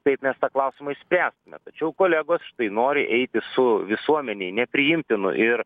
taip mes tą klausimą išspręstume tačiau kolegos štai nori eiti su visuomenei nepriimtinu ir